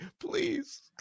please